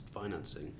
financing